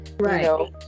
Right